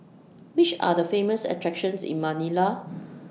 Which Are The Famous attractions in Manila